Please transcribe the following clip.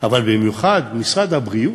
אבל במיוחד משרד הבריאות: